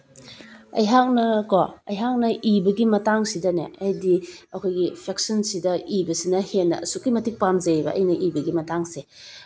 ꯑꯩꯍꯥꯛꯅ ꯀꯣ ꯑꯩꯍꯥꯛꯅ ꯏꯕꯒꯤ ꯃꯇꯥꯡꯁꯤꯗꯅꯦ ꯍꯥꯏꯗꯤ ꯑꯩꯈꯣꯏꯒꯤ ꯐꯦꯛꯁꯟꯁꯤꯗ ꯏꯕꯁꯤꯅ ꯍꯦꯟꯅ ꯑꯁꯨꯛꯀꯤ ꯃꯇꯤꯛ ꯄꯥꯝꯖꯩꯌꯦꯕ ꯑꯩꯅ ꯏꯕꯒꯤ ꯃꯇꯥꯡꯁꯦ